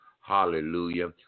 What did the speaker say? Hallelujah